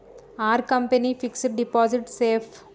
Are company fixed deposit safe?